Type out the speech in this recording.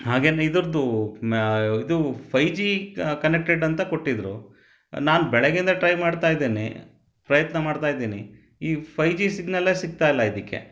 ಹಾಗೇನು ಇದರ್ದು ಮ ಇದು ಫೈ ಜಿ ಕನೆಕ್ಟೆಡ್ ಅಂತ ಕೊಟ್ಟಿದ್ದರು ನಾನು ಬೆಳಗ್ಗಿಂದ ಟ್ರೈ ಮಾಡ್ತಾ ಇದೀನಿ ಪ್ರಯತ್ನ ಮಾಡ್ತಾ ಇದ್ದೀನಿ ಈ ಫೈ ಜಿ ಸಿಗ್ನಲೇ ಸಿಕ್ತಾ ಇಲ್ಲ ಇದಕ್ಕೆ